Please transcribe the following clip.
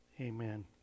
Amen